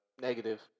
negative